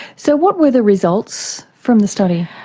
so what were the results from the study?